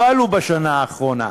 לא עלו בשנה האחרונה.